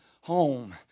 home